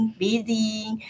bathing